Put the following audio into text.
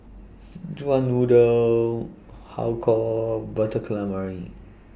Szechuan Noodle Har Kow Butter Calamari